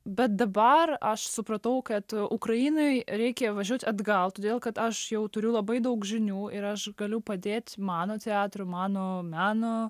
bet dabar aš supratau kad ukrainai reikia važiuot atgal todėl kad aš jau turiu labai daug žinių ir aš galiu padėt mano teatrui mano meno